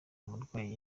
umurwayi